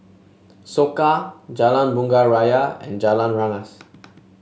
Soka Jalan Bunga Raya and Jalan Rengas